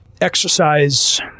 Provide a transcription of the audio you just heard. exercise